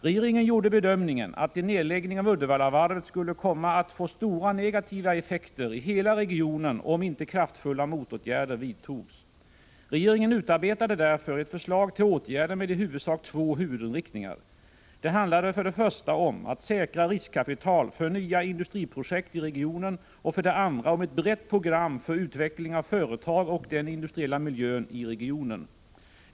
Regeringen gjorde bedömningen att en nedläggning av Uddevallavarvet skulle komma att få stora negativa effekter i hela regionen om inte kraftfulla motåtgärder vidtogs. Regeringen utarbetade därför ett förslag till åtgärder med i huvudsak två huvudinriktningar. Det handlade för det första om att säkra riskkapital för nya industriprojekt i regionen och för det andra om ett brett program för utveckling av företag och den industriella miljön i regionen.